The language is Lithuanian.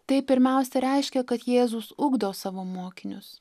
tai pirmiausia reiškia kad jėzus ugdo savo mokinius